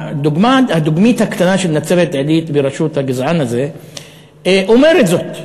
הדוגמית הקטנה של נצרת-עילית בראשות הגזען הזה אומרת זאת.